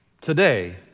today